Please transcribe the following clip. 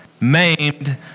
maimed